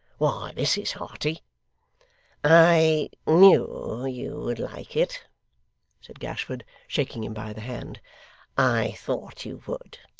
why, this is hearty i knew you would like it said gashford, shaking him by the hand i thought you would.